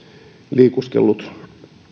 liikuskellut